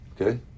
okay